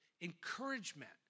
encouragement